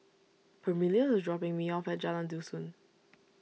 Permelia is dropping me off at Jalan Dusun